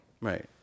right